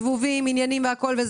זבובים ועוד.